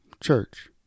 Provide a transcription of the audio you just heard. Church